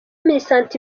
minisante